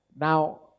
Now